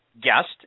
guest